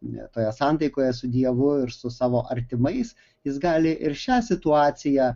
ne toje santaikoje su dievu ir su savo artimais jis gali ir šią situaciją